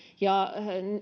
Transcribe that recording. ja